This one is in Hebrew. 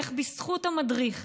איך בזכות המדריך,